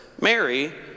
Mary